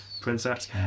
Princess